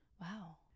Wow